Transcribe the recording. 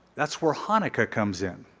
that's where hanukkah comes in.